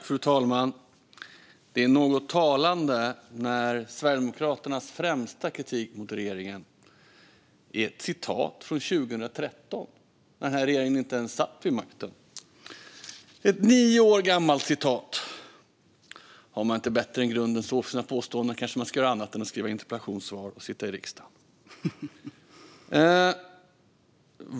Fru talman! Det är något talande att Sverigedemokraternas främsta kritik mot regeringen är ett citat från 2013, då den här regeringen inte ens satt vid makten. Ett nio år gammalt citat - har man inte bättre grund än så för sina påståenden kanske man ska göra annat än att skriva interpellationer och sitta i riksdagen.